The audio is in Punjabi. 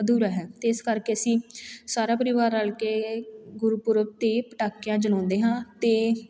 ਅਧੂਰਾ ਹੈ ਅਤੇ ਇਸ ਕਰਕੇ ਅਸੀਂ ਸਾਰਾ ਪਰਿਵਾਰ ਰਲ ਕੇ ਗੁਰਪੁਰਬ 'ਤੇ ਪਟਾਕਿਆਂ ਜਲਾਉਂਦੇ ਹਾਂ ਅਤੇ